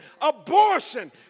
abortion